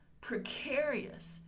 precarious